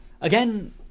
Again